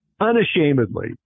unashamedly